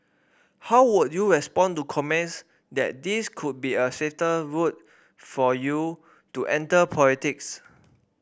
how would you respond to comments that this could be a safer route for you to enter politics